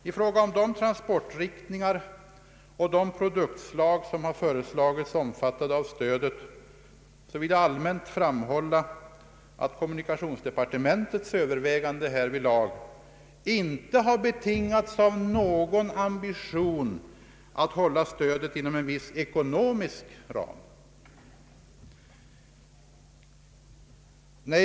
I fråga om de transportriktningar och de produktslag som föreslagits omfattade av stödet vill jag allmänt framhålla att kommunikationsdepartementets överväganden härvidlag inte har betingats av någon ambition att hålla stödet inom någon viss ekonomisk ram.